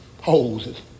hoses